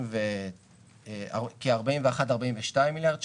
כ-42-41 מיליארד שקל,